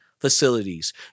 facilities